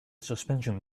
suspension